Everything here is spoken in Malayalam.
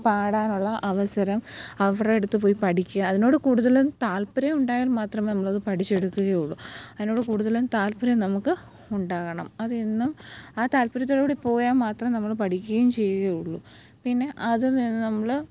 പാടാനുള്ള അവസരം അവരട്ത്ത് പോയി പഠിക്കുക അതിനോട് കൂടുതലും താല്പര്യമുണ്ടായാൽ മാത്രമേ നമ്മളത് പഠിച്ചെടുക്കുകയുള്ളൂ അതിനോട് കൂടുതലും താല്പര്യം നമുക്ക് ഉണ്ടാകണം അതെന്നും ആ താല്പര്യത്തോടുകൂടി പോയാല് മാത്രമേ നമ്മള് പഠിക്കുകയും ചെയ്യുകയുള്ളൂ പിന്നെ ആദ്യമേ നമ്മള്